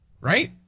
Right